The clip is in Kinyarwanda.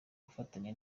gufatanya